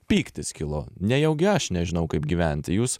pyktis kilo nejaugi aš nežinau kaip gyventi jūs